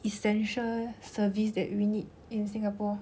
essential service that we need in singapore